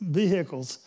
vehicles